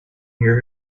here